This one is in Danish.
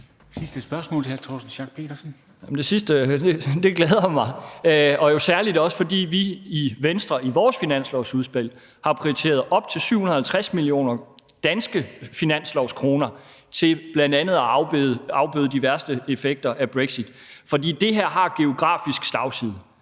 Pedersen. Kl. 13:57 Torsten Schack Pedersen (V): Jamen det sidste glæder mig, jo også særlig fordi vi i Venstre i vores finanslovsudspil har prioriteret op til 750 millioner danske finanslovskroner til bl.a. at afbøde de værste effekter af brexit. For det her har en geografisk slagside.